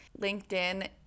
LinkedIn